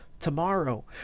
Tomorrow